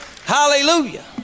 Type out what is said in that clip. Hallelujah